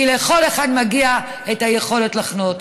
כי לכל אחד מגיעה היכולת לחנות.